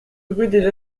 des